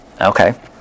Okay